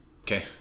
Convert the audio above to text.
okay